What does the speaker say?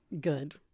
good